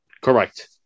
correct